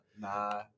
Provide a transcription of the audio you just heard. Nah